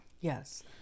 Yes